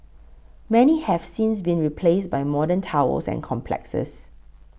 many have since been replaced by modern towers and complexes